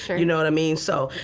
you know what i mean? so